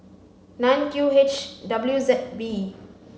nine Q H W Z V